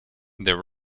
there